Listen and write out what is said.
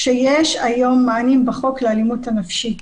כשיש היום מענים בחוק לאלימות נפשית.